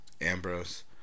Ambrose